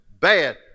bad